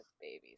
babies